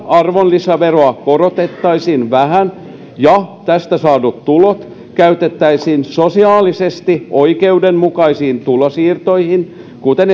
arvonlisäveroa korotettaisiin vähän ja tästä saadut tulot käytettäisiin sosiaalisesti oikeudenmukaisiin tulonsiirtoihin kuten